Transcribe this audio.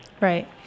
Right